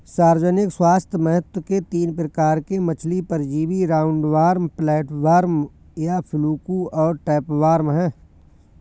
सार्वजनिक स्वास्थ्य महत्व के तीन प्रकार के मछली परजीवी राउंडवॉर्म, फ्लैटवर्म या फ्लूक और टैपवार्म है